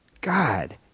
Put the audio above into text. God